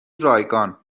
رایگان